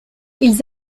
ils